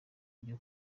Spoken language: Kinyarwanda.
byo